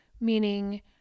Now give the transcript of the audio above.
meaning